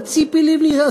וציפי לבני,